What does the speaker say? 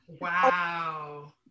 Wow